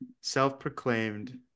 self-proclaimed